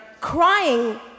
crying